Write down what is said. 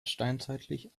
steinzeitlich